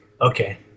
Okay